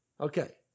Okay